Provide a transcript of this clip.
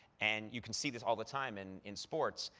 and you can see this all the time and in sports,